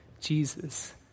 Jesus